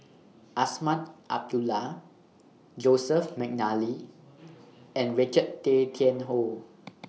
Azman Abdullah Joseph Mcnally and Richard Tay Tian Hoe